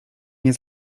nie